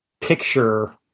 picture